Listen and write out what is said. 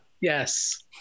Yes